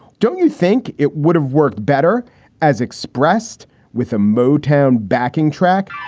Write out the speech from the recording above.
don't you think it would have worked better as expressed with a motown backing track?